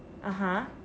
(uh huh)